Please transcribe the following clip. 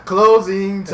Closing